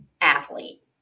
athlete